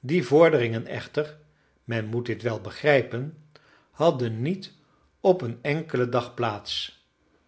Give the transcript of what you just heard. die vorderingen echter men moet dit wel begrijpen hadden niet op een enkelen dag plaats